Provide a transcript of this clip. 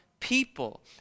people